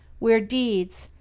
where deeds,